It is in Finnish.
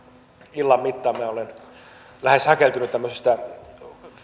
illan mittaan minä olen lähes häkeltynyt tämmöisestä